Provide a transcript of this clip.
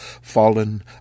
fallen